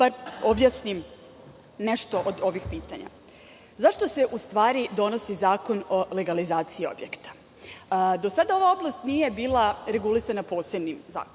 objasnim bar nešto od ovih pitanja. Zašto se u stvari donosi zakon o legalizaciji objekata? Do sada ova oblast nije bila regulisana posebnim zakonom.